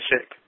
sick